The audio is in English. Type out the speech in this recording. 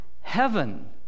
heaven